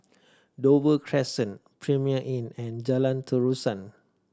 Dover Crescent Premier Inn and Jalan Terusan